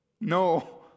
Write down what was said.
No